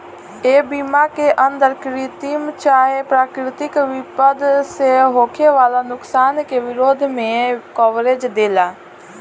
ए बीमा के अंदर कृत्रिम चाहे प्राकृतिक विपद से होखे वाला नुकसान के विरोध में कवरेज देला